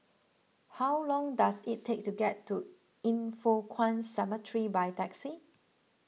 how long does it take to get to Yin Foh Kuan Cemetery by taxi